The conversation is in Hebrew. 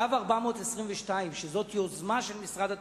קו 422, שזאת יוזמה של משרד התחבורה,